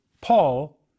Paul